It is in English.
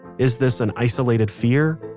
is this an isolated fear?